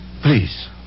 Please